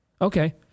Okay